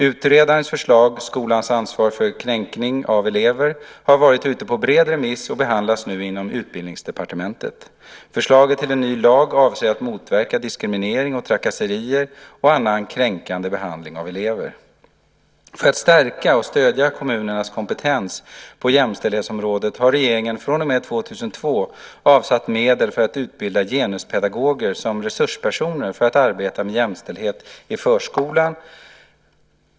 Utredarens förslag Skolans ansvar för kränkningar av elever har varit ute på bred remiss och behandlas nu inom Utbildningsdepartementet. Förslaget till en ny lag avser att motverka diskriminering och trakasserier och annan kränkande behandling av elever. För att stärka och stödja kommunernas kompetens på jämställdhetsområdet har regeringen från och med 2002 avsatt medel för att utbilda genuspedagoger som resurspersoner för att arbeta med jämställdhet i förskolan och skolan.